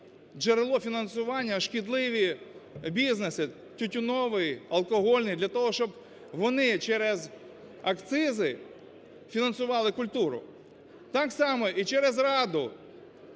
джерело фінансування шкідливі бізнеси – тютюновий, алкогольний – для того, щоб вони через акцизи фінансували культуру. Так само і через раду.